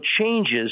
changes